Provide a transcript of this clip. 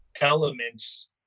elements